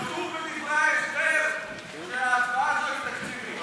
כתוב בדברי ההסבר שההצבעה הזאת היא תקציבית,